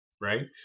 right